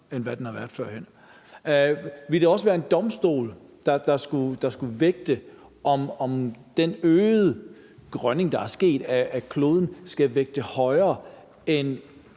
end hvad den har været førhen. Vil det også være en domstol, der skulle vægte, om den øgede forgrønning, der er sket af kloden, skal vægte højere end